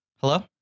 Hello